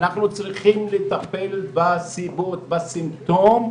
אנחנו צריכים לטפל בסיבות, בסימפטום,